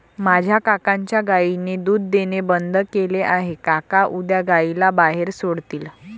माझ्या काकांच्या गायीने दूध देणे बंद केले आहे, काका उद्या गायीला बाहेर सोडतील